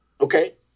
Okay